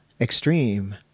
extreme